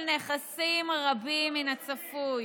קליטה של נכסים רבים מן הצפוי,